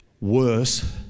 worse